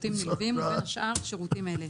יותם, אף אחד לא יעשה את זה.